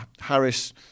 Harris